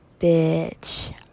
Bitch